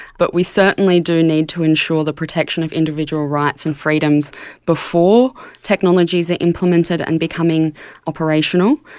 but we certainly do need to ensure the protection of individual rights and freedoms before technologies are implemented and becoming operational.